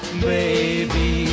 baby